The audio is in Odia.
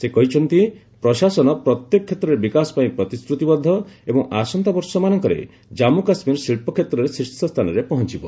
ସେ କହିଛନ୍ତି ପ୍ରଶାସନ ପ୍ରତ୍ୟେକ କ୍ଷେତ୍ରରେ ବିକାଶ ପାଇଁ ପ୍ରତିଶ୍ରତିବଦ୍ଧ ଏବଂ ଆସନ୍ତାବର୍ଷ ମାନଙ୍କରେ ଜାନ୍ଧୁ କାଶ୍ମୀର ଶିଳ୍ପକ୍ଷେତ୍ରରେ ଶୀର୍ଷ ସ୍ଥାନରେ ପହଞ୍ଚିବ